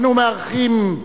אנו מארחים,